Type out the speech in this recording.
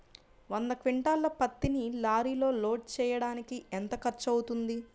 వంద క్వింటాళ్ల పత్తిని లారీలో లోడ్ చేయడానికి ఎంత ఖర్చవుతుంది?